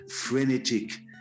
frenetic